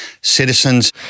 citizens